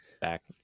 back